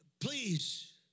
Please